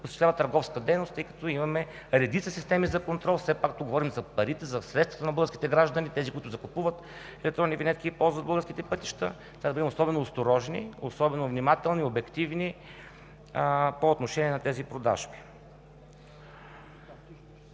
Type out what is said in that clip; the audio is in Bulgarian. осъществяват търговска дейност, тъй като имаме редица системи за контрол. Все пак говорим за парите, за средствата на българските граждани, тези, които закупуват електронни винетки и ползват българските пътища. Трябва да бъдем особено осторожни, особено внимателни, обективни по отношение на тези продажби.